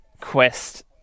quest